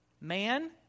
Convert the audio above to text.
man